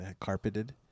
Carpeted